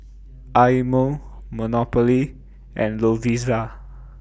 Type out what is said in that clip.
Eye Mo Monopoly and Lovisa